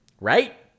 right